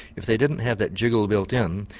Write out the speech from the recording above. if they didn't have that jiggle built in,